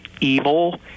evil